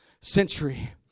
century